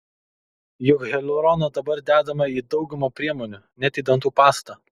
juk hialurono dabar dedama į daugumą priemonių net į dantų pastą